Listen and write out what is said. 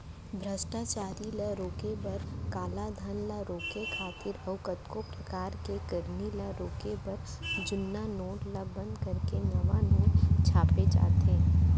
भस्टाचारी ल रोके बर, कालाधन ल रोके खातिर अउ कतको परकार के करनी ल रोके बर जुन्ना नोट ल बंद करके नवा नोट छापे जाथे